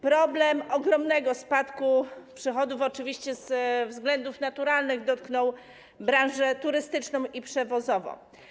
Problem ogromnego spadku przychodów oczywiście ze względów naturalnych dotknął branżę turystyczną i przewozową.